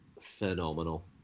phenomenal